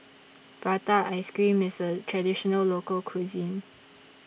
Prata Ice Cream IS A Traditional Local Cuisine